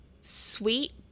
sweet